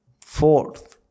Fourth